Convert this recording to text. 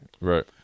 Right